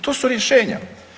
To su rješenja.